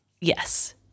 Yes